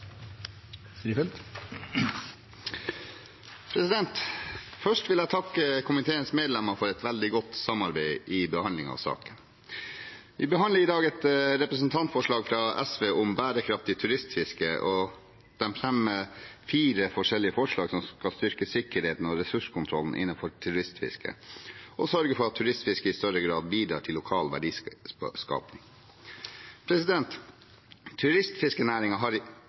minutter. Først vil jeg takke komiteens medlemmer for et veldig godt samarbeid i behandlingen av saken. Vi behandler i dag et representantforslag fra SV om bærekraftig turistfiske. De fremmer fire forskjellige forslag som skal styrke sikkerheten og ressurskontrollen innenfor turistfisket og sørge for at turistfisket i større grad bidrar til lokal verdiskaping. Turistfiskenæringen har vært gjennom en betydelig vekst i